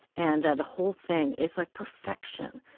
and the whole thing is like perfection.